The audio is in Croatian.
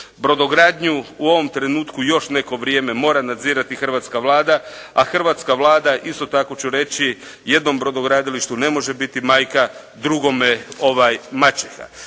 Brodogradnju u ovom trenutku još neko vrijeme mora nadzirati Hrvatska Vlada, a Hrvatska Vlada, isto tako ću reći jednom brodogradilištu ne može biti majka, drugome maćeha.